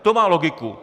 To má logiku.